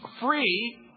free